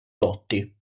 lotti